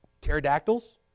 Pterodactyls